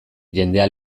jendea